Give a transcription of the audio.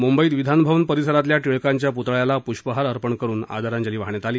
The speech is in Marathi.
मुंबईत विधान भवन परिसरातल्या टिळकांच्या पुतळ्याला पुष्पहार अर्पण करुन आदरांजली वाहण्यात आली